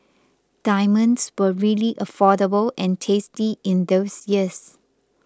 diamonds were really affordable and tasty in those years